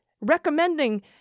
recommending